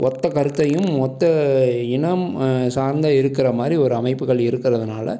ஒத்தக் கருத்தையும் ஒத்த இனம் சார்ந்த இருக்கிற மாதிரி ஒரு அமைப்புகள் இருக்கிறதுனால